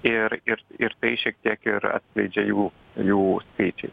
ir ir ir tai šiek tiek ir atskleidžia jų jų skaičiai